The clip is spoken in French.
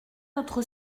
notre